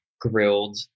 grilled